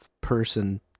person